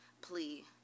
plea